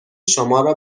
شمارا